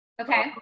Okay